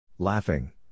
Laughing